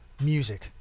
music